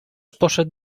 poszedł